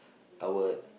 I would